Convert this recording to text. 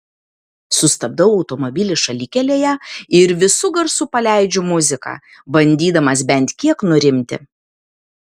sustabdau automobilį šalikelėje ir visu garsu paleidžiu muziką bandydamas bent kiek nurimti